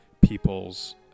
people's